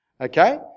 Okay